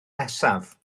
nesaf